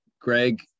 Greg